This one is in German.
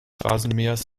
rasenmähers